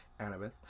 Annabeth